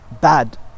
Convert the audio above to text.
bad